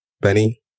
Benny